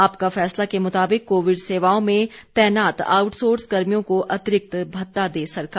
आपका फैसला के मुताबिक कोविड सेवाओं में तैनात आउटसोर्स कर्मियों को अतिरिक्त भत्ता दे सरकार